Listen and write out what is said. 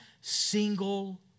single